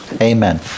Amen